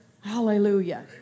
Hallelujah